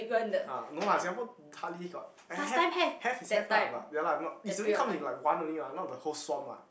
ah no lah Singapore hardly got eh have have is have lah but ya lah not it's only come in like one only mah not the whole swarm what